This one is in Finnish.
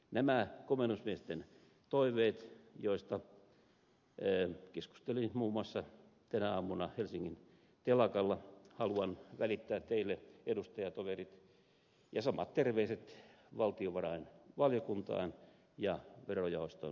nämä komennusmiesten toiveet joista keskustelin muun muassa tänä aamuna helsingin telakalla haluan välittää teille edustajatoverit ja samat terveiset valtiovarainvaliokuntaan ja verojaoston jäsenille